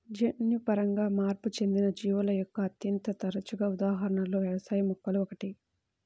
జన్యుపరంగా మార్పు చెందిన జీవుల యొక్క అత్యంత తరచుగా ఉదాహరణలలో వ్యవసాయ మొక్కలు ఒకటి